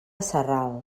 sarral